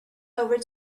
over